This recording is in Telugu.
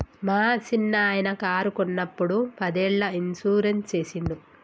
మా సిన్ననాయిన కారు కొన్నప్పుడు పదేళ్ళ ఇన్సూరెన్స్ సేసిండు